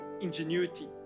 ingenuity